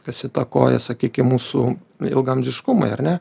kas įtakoja sakykim mūsų ilgaamžiškumą ar ne